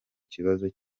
kibazo